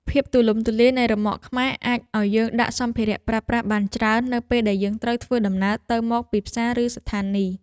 ភាពទូលំទូលាយនៃរ៉ឺម៉កខ្មែរអាចឱ្យយើងដាក់សម្ភារៈប្រើប្រាស់បានច្រើននៅពេលដែលយើងត្រូវធ្វើដំណើរទៅមកពីផ្សារឬស្ថានីយ។